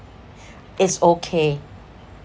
is okay